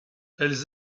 elles